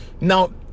Now